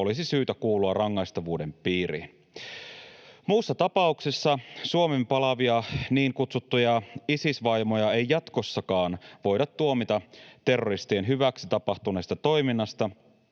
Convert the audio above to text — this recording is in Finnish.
olisi syytä kuulua rangaistavuuden piiriin. Muussa tapauksessa Suomeen palaavia niin kutsuttuja Isis-vaimoja ei jatkossakaan voida tuomita terroristien hyväksi tapahtuneesta toiminnasta,